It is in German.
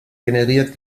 generiert